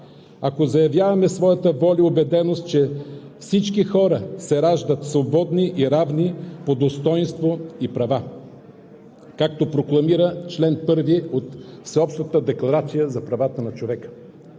ако заявяваме своята воля и убеденост, че всички хора се раждат свободни и равни по достойнство и права, както прокламира член 1 от Всеобщата декларация за правата на човека,